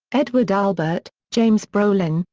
edward albert, james brolin,